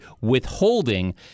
withholding